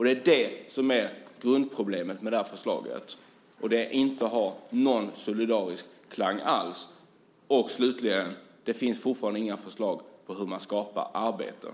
Det är det som är grundproblemet med förslaget. Det har inte någon solidarisk klang alls. Slutligen: Det finns fortfarande inga förslag på hur man skapar arbeten.